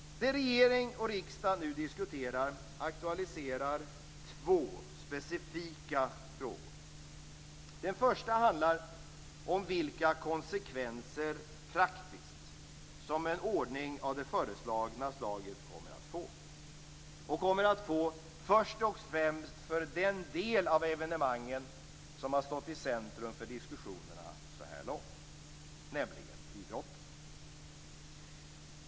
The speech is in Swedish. Det regering och riksdag nu diskuterar aktualiserar två specifika frågor. Den första handlar om vilka praktiska konsekvenser som en ordning av den föreslagna typen kommer att få, först och främst för den del av evenemangen som har stått i centrum för diskussionerna så här långt, nämligen idrotten.